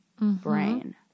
brain